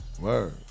Word